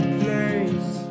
place